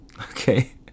Okay